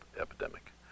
epidemic